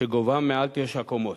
שגובהם מעל תשע קומות.